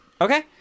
okay